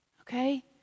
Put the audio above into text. okay